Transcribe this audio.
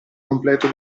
completo